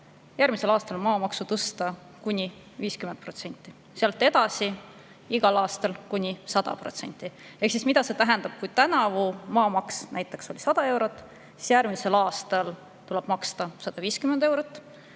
järgmisel aastal maamaksu tõsta kuni 50% ja sealt edasi igal aastal kuni 100%. Mida see tähendab? Kui tänavu on maamaks näiteks 100 eurot, siis järgmisel aastal tuleb maksta 150 eurot,